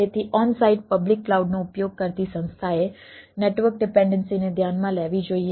તેથી ઓનસાઇટ સુધી ઉપલબ્ધ હોવી જોઈએ